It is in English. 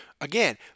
Again